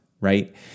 right